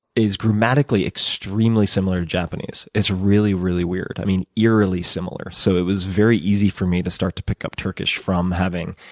is grammatically extremely similar to japanese. it's really, really weird. i mean, eerily similar. so it was very easy for me to start to pick up turkish from having